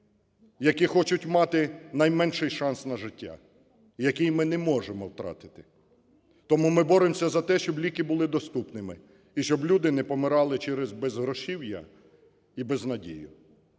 які хочуть мати найменший шанс на життя, який ми не можемо втратити. Тому ми боремося за те, щоб ліки були доступними і щоб люди не помирали через безгрошів'я і безнадію.